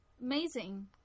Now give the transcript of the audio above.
amazing